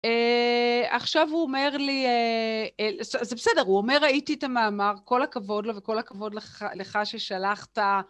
אהההה... עכשיו הוא אומר לי, אההה, זה... זה בסדר, הוא אומר ראיתי את המאמר, כל הכבוד לו וכל הכבוד לך... לך ששלחת.